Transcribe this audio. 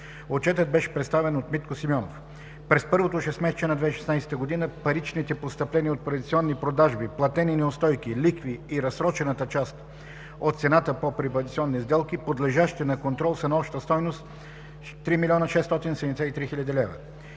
Отчетът беше представен от Митко Симеонов. През първото шестмесечие на 2016 г. паричните постъпления от приватизационни продажби, платени неустойки, лихви и разсрочената част от цената по приватизационни сделки, подлежащи на контрол, са на обща стойност 3 673 хил. лв.